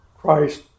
Christ